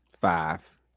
five